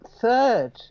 third